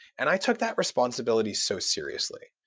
and i took that responsibility so seriously.